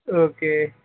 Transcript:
okay